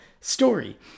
story